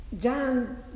John